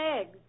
eggs